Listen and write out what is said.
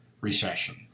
recession